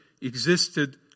existed